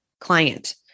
client